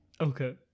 Okay